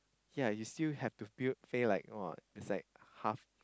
ya you still have to build pay like !wah! it's like half